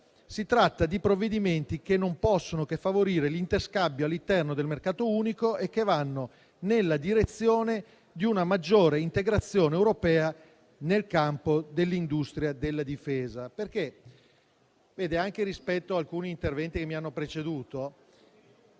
Si tratta di provvedimenti che non possono che favorire l'interscambio all'interno del mercato unico e che vanno nella direzione di una maggiore integrazione europea nel campo dell'industria della difesa. Anche rispetto ad alcuni interventi che mi hanno preceduto,